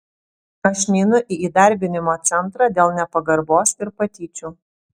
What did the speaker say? aš neinu į įdarbinimo centrą dėl nepagarbos ir patyčių